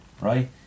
right